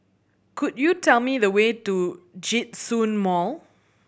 could you tell me the way to Djitsun Mall